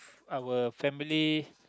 our family